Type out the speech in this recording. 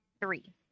Three